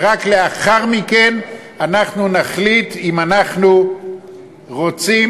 ורק לאחר מכן אנחנו נחליט אם אנחנו רוצים